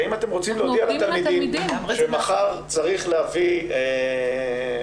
הרי אם אתם רוצים להודיע לתלמידים שמחר צריך להביא קלמר,